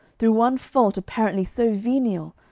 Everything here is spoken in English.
through one fault apparently so venial,